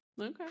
Okay